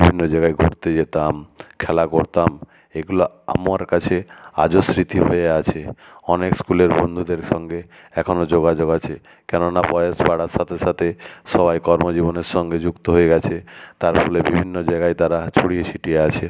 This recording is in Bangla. বিভিন্ন জায়গায় ঘুরতে যেতাম খেলা করতাম এগুলো আমার কাছে আজও স্মৃতি হয়ে আছে অনেক স্কুলের বন্ধুদের সঙ্গে এখনো যোগাযোগ আছে কেননা বয়স বাড়ার সাথে সাথে সবাই কর্ম জীবনের সঙ্গে যুক্ত হয়ে গেছে তার ফলে বিভিন্ন জায়গায় তারা ছড়িয়ে ছিটিয়ে আছে